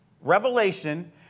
Revelation